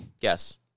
Yes